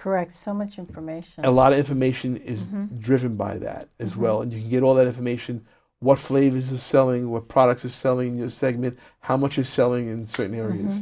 correct so much information a lot of information is driven by that as well and you get all that information what flavor is a selling what products are selling your segment how much you're selling in certain hearings